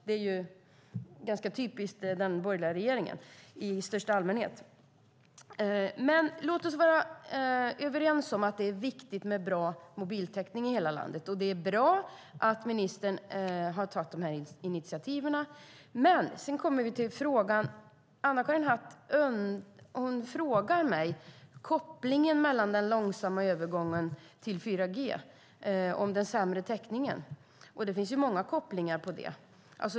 Det är ganska typiskt för den borgerliga regeringen i största allmänhet. Låt oss vara överens om att det är viktigt med bra mobiltäckning i hela landet. Det är bra att ministern har tagit de här initiativen. Men sedan kommer vi till frågan. Anna-Karin Hatt frågar mig om kopplingen mellan den långsamma övergången till 4G och den sämre täckningen. Det finns många kopplingar.